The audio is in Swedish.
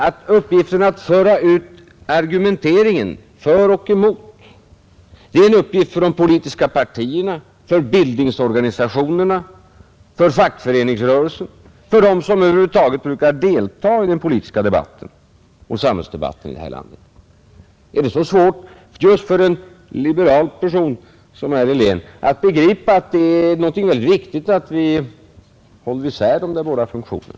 Att föra ut argumenteringen för och emot är däremot, menar jag, en uppgift för de politiska partierna, för bildningsorganisationerna, för fackföreningsrörelsen, för dem som över huvud taget brukar delta i den politiska debatten och samhällsdebatten i det här landet. Är det så svårt just för en liberal person som herr Helén att begripa att det är mycket viktigt att vi håller isär de båda funktionerna?